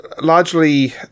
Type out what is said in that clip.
Largely